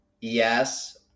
Yes